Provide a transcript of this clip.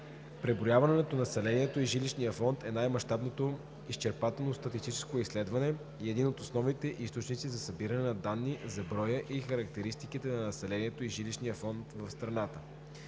Преброяването на населението и жилищния фонд е най-мащабното изчерпателно статистическо изследване и един от основните източници за събиране на данни за броя и характеристиките на населението и жилищния фонд в страната.